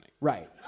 Right